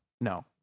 no